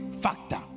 factor